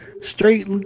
straight